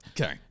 Okay